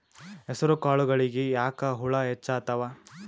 ಹೆಸರ ಕಾಳುಗಳಿಗಿ ಯಾಕ ಹುಳ ಹೆಚ್ಚಾತವ?